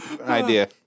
idea